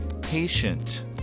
patient